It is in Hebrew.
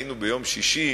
היינו ביום שישי,